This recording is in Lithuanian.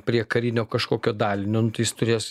prie karinio kažkokio dalinio nu tai jis turės